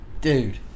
dude